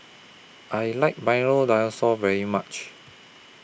I like Milo Dinosaur very much